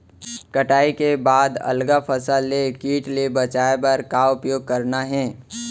कटाई के बाद अगला फसल ले किट ले बचाए बर का उपाय करना हे?